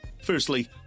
firstly